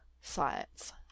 science